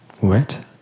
Wet